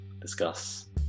discuss